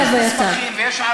סגנית השר,